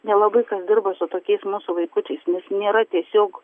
nelabai kas dirba su tokiais mūsų vaikučiais nes nėra tiesiog